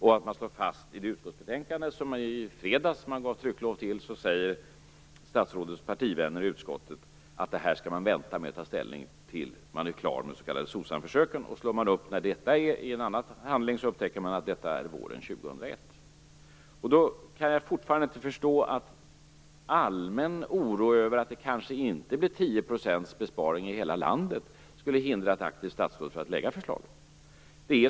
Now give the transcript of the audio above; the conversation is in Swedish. I det utskottsbetänkande som gavs trycklov i fredags säger statsrådets partivänner i utskottet att man skall vänta med detta tills man är klar med de s.k. SOCSAM-försöken. När man slår upp det i en annan handling upptäcker man att det är våren 2001. Då kan jag fortfarande inte förstå att en allmän oro över att det kanske inte blir 10 % besparing i hela landet skulle hindra statsrådet från att lägga förslaget.